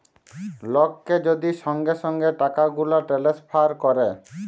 লককে যদি সঙ্গে সঙ্গে টাকাগুলা টেলেসফার ক্যরে